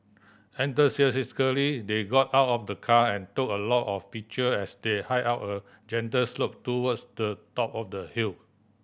enthusiastically they got out of the car and took a lot of picture as they hike up a gentle slope towards the top of the hill